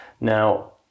now